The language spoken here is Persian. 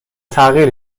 تغییر